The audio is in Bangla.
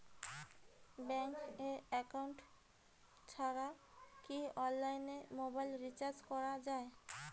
ব্যাংক একাউন্ট ছাড়া কি অনলাইনে মোবাইল রিচার্জ করা যায়?